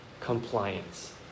compliance